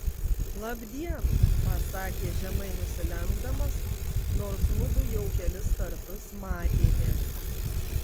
labdien pasakė žemai nusilenkdamas nors mudu jau kelis kartus matėmės